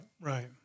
right